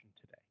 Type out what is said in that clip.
today